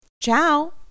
Ciao